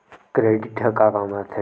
Credit ह का काम आथे?